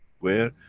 where,